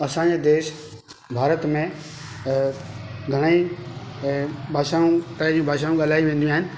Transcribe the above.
असांजे देश भारत में अ घणेई अ भाषाऊं तरह जी भाषाऊं ॻाल्हाइ वेंदियूं आहिनि